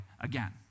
again